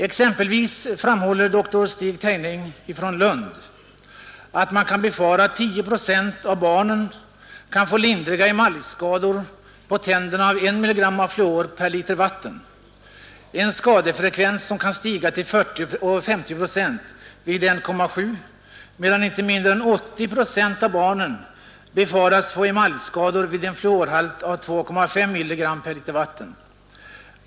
Dr Stig Tejning i Lund framhåller exempelvis att man kan befara att 10 procent av barnen får lindriga emaljskador på tänderna av 1 mg fluor per liter vatten, en skadefrekvens som kan stiga till 40—50 procent vid 1,7 mg, medan inte mindre än 80 procent av barnen befaras få emaljskador vid en fluorhalt av 2,5 mg per liter vatten.